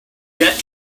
get